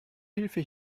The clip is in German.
hilfe